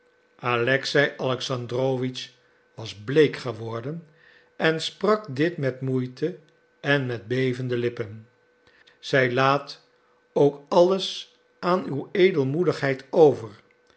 alexei alexandrowitsch was bleek geworden en sprak dit met moeite en met bevende lippen zij laat ook alles aan uw edelmoedigheid over